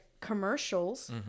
commercials